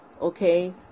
okay